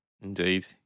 indeed